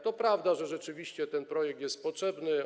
To prawda, że rzeczywiście ten projekt jest potrzebny.